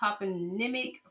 toponymic